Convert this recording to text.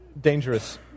dangerous